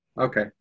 Okay